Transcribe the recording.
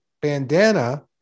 bandana